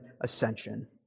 ascension